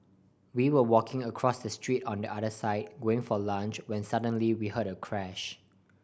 we were walking across the street on the other side when for lunch when suddenly we heard a crash